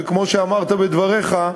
וכמו שאמרת בדבריך,